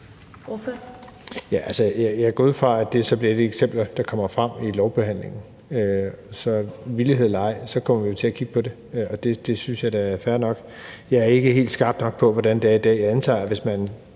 Jeg går ud fra, at det så bliver et af de eksempler, der kommer frem i lovbehandlingen. Så villighed eller ej, vi kommer til at kigge på det, og det synes jeg da er fair nok. Jeg er ikke helt skarp nok på, hvordan det er i dag. Jeg antager, at hvis man